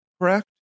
correct